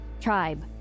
tribe